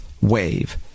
wave